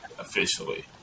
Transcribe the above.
officially